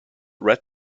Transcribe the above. red